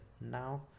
now